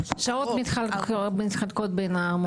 השעות מתחלקות בין המורים.